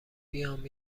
بیام